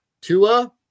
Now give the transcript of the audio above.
Tua